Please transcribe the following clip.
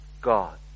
God